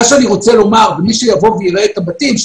מי שיראה את הבתים,